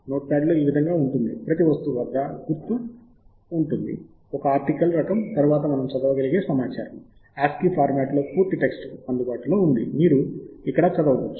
note ప్యాడ్లో ఈ విధముగా ఉంటుంది ప్రతి వస్తువు వద్ద గుర్తు మరియు ఉంటుంది ఒక ఆర్టికల్ రకం తరువాత మనము చదవగలిగే సమాచారము ASCII ఫార్మాట్ లో పూర్తి టెక్స్ట్ అందుబాటులో ఉంది మీరు ఇక్కడ చదవవచ్చు